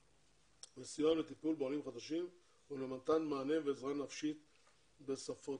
בקרב עולים חדשים בתקופת הקורונה.